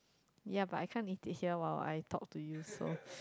ya but I can't eat it here while I talk to you so